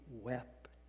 wept